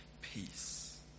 peace